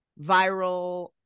viral